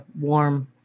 warm